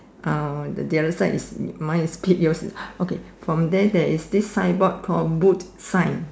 uh the other side is mine is pig okay from the other side there is this signboard called boot side